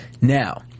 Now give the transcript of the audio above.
Now